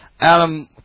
Adam